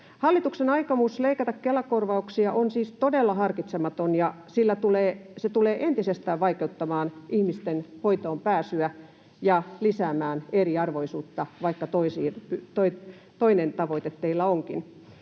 Hallituksen aikomus leikata Kela-korvauksia on siis todella harkitsematon, ja se tulee entisestään vaikeuttamaan ihmisten hoitoon pääsyä ja lisäämään eriarvoisuutta, vaikka toinen tavoite teillä onkin.